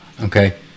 okay